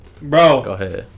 Bro